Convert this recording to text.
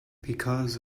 because